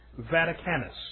Vaticanus